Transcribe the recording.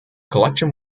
collection